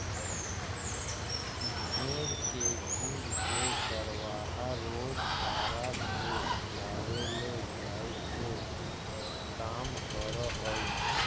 भेंड़ के झुण्ड के चरवाहा रोज बाड़ा से लावेले जाए के काम करऽ हइ